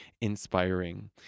inspiring